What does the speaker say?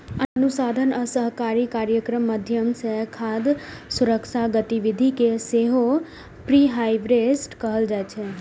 अनुसंधान आ सहकारी कार्यक माध्यम सं खाद्य सुरक्षा गतिविधि कें सेहो प्रीहार्वेस्ट कहल जाइ छै